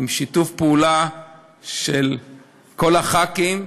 בשיתוף פעולה של כל חברי הכנסת,